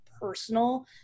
personal